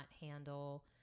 handle